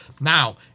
Now